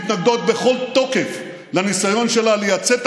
מתנגדות בכל תוקף לניסיון שלה לייצא את